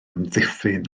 amddiffyn